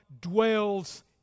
dwells